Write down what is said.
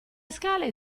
scale